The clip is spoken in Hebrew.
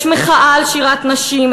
יש מחאה על שירת נשים,